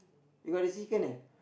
you gotta see